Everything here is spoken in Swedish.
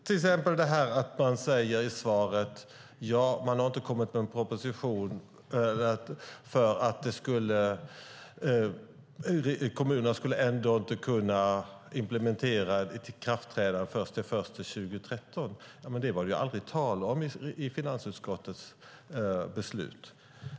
Han säger till exempel i svaret att man inte har kommit med en proposition därför att kommunerna inte skulle kunna implementera ett ikraftträdande den 1 januari 2013. Men det var aldrig tal om det i finansutskottets beslut.